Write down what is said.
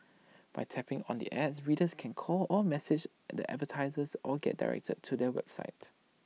by tapping on the ads readers can call or message and the advertisers or get directed to their websites